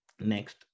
next